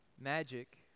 Magic